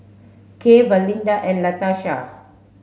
Kay Valinda and Latarsha